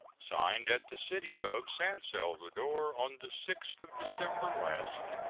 signed at the city of san salvador on the sixth of december last.